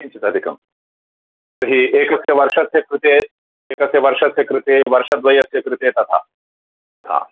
किञ्चित् अधिकं तर्हि एकस्य वर्षस्य कृते एकस्य वर्षस्य कृते वर्षद्वयस्य कृते तथा तथा